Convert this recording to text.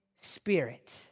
spirit